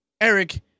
Eric